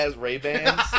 Ray-Bans